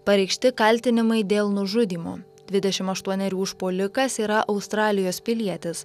pareikšti kaltinimai dėl nužudymo dvidešimt aštuonerių užpuolikas yra australijos pilietis